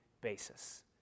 basis